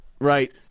Right